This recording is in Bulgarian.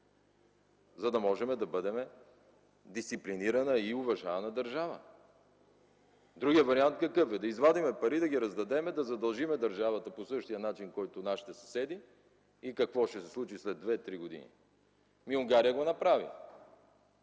за да можем да бъдем дисциплинирана и уважавана държава. Какъв е другият вариант? Да извадим пари, да ги раздадем, да задължим държавата по същия начин, по който нашите съседи, и какво ще се случи след 2-3 години? Унгария го направи.